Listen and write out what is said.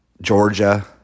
Georgia